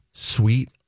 Sweet